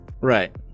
Right